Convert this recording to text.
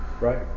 Right